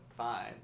Fine